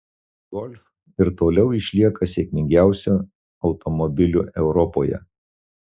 golf ir toliau išlieka sėkmingiausiu automobiliu europoje